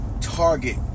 target